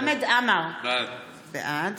בעד